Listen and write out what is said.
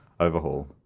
Overhaul